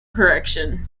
correction